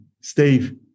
Steve